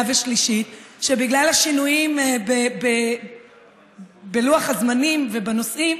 ושלישית שבגלל השינויים בלוח הזמנים ובנושאים,